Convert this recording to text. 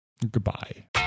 goodbye